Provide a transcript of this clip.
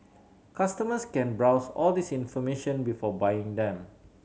customers can browse all this information before buying them